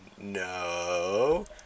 No